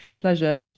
pleasure